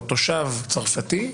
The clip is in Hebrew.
או תושב צרפתי,